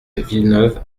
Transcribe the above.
villeneuve